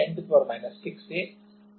ठीक है